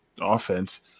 offense